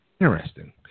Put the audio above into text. Interesting